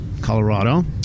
Colorado